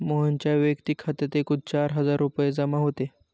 मोहनच्या वैयक्तिक खात्यात एकूण चार हजार रुपये जमा होते